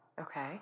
Okay